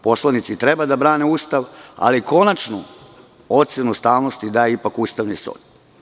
Poslanici treba da brane Ustav, ali konačnu ocenu ustavnosti daje ipak Ustavni sud.